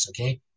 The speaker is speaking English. okay